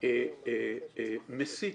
מסית